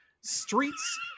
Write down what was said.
streets